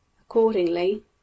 Accordingly